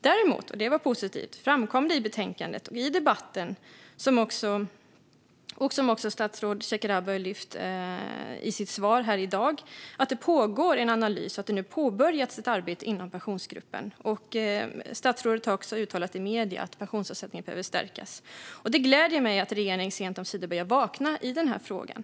Däremot - och det var positivt - framkom i betänkandet och debatten något som också statsrådet Shekarabi har lyft fram i sitt interpellationssvar här i dag, nämligen att det pågår en analys och att det nu har påbörjats ett arbete inom Pensionsgruppen. Statsrådet har också uttalat i medier att pensionsavsättningarna behöver stärkas. Det gläder mig att regeringen sent omsider börjar vakna i den här frågan.